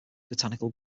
botanical